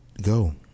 go